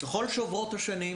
ככל שעוברות השנים